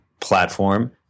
platform